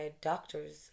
doctors